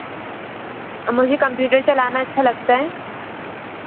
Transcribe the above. मुझे कंप्यूटर चलाना अच्छा लगता है